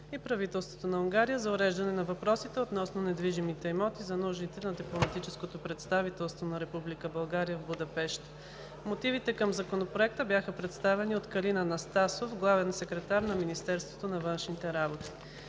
и правителството на Унгария за уреждане на въпросите относно недвижимите имоти за нуждите на дипломатическото представителство на Република България в Будапеща. Мотивите към Законопроекта бяха представени от Калин Анастасов, главен секретар на Министерството на външните работи.